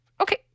Okay